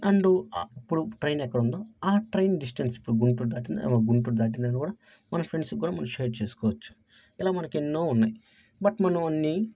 and అప్పుడు train ఎక్కడ ఉందో ఆ ట్రైన్ డిస్టెన్స్ ఇప్పుడు గుంటూర్ దాటిందా గుంటూర్ దాటిందా అని కూడా మన ఫ్రెండ్స్కి కూడా మనం షేర్ చేసుకోవచ్చు ఇలా మనకి ఎన్నో ఉన్నాయి బట్ మనం అన్ని